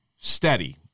Steady